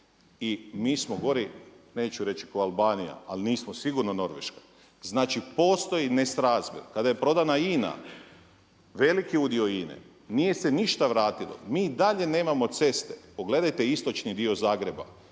i mi smo gori neću reći ko Albanija ali nismo sigurno Norveška. Znači postoji nesrazmjer, kada je prodana INA, veliki udio INA-e nije se ništa vratilo, mi i dalje nemamo ceste. Pogledajte istočni dio Zagreba,